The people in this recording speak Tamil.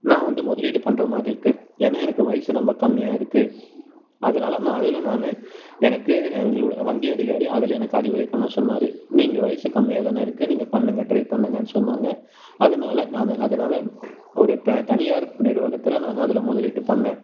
நான் வந்து முதலீடு பண்ணுற மாதிரி இருக்கு ஏன்னா எனக்கு வயசு ரொம்ப கம்மியாக இருக்கு அதனால நான் அதுல நான் எனக்கு வங்கி அதிகாரி அதுல எனக்கு அறிவுரை பண்ணச் சொன்னார் நீங்கள் வயசு கம்மியாகதான இருக்கு நீங்கள் பண்ணுங்கள் ட்ரைப் பண்ணுங்கள் சொன்னாங்க அதனால் நான் அதனால் ஒரு தனியார் நிறுவகத்தில நான் அதுல முதலீட்டு பண்ணேன்